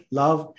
love